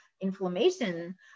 inflammation